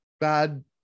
bad